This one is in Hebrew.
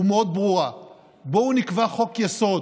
לבוא למנות ועדה שלמה בשביל שכוח הייצוג החרדי,